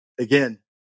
Again